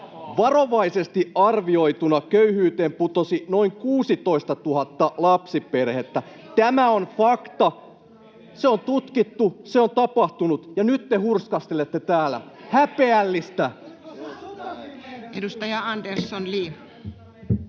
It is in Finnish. Varovaisesti arvioituna köyhyyteen putosi noin 16 000 lapsiperhettä. Tämä on fakta, se on tutkittu, se on tapahtunut. Ja nyt te hurskastelette täällä — häpeällistä. Edustaja Andersson, Li.